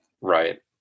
right